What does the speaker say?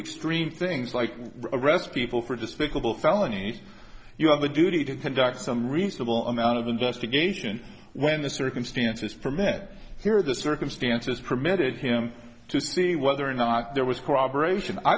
extreme things like arrest people for despicable felonies you have a duty to conduct some reasonable amount of investigation when the circumstances permit here the circumstances permitted him to see whether or not there was corroboration i